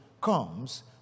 comes